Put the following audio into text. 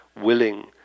willing